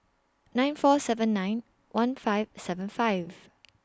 nine four seven nine one five seven five